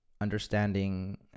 understanding